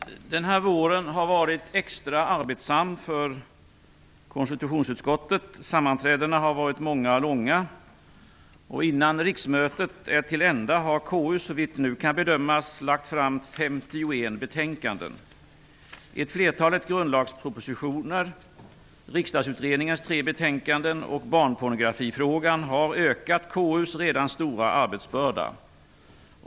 Fru talman! Den här våren har varit extra arbetsam för konstitutionsutskottet. Sammanträdena har varit många och långa. Innan riksmötet är till ända har KU, såvitt nu kan bedömas, lagt fram 51 Riksdagsutredningens tre betänkanden och barnpornografifrågan har ökat KU:s redan stora arbetsbörda.